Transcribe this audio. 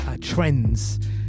Trends